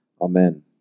Amen